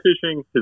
fishing